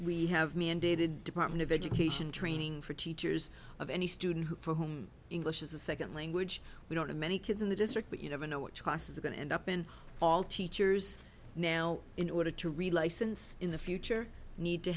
we have mandated department of education training for teachers of any student who for whom english is a second language we don't have many kids in the district but you never know what classes are going to end up in all teachers now in order to relicense in the future need to